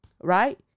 right